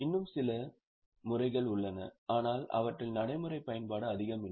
இன்னும் சில முறைகள் உள்ளன ஆனால் அவற்றில் நடைமுறை பயன்பாடு அதிகம் இல்லை